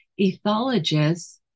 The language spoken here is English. Ethologists